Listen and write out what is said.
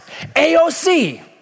AOC